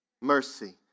Mercy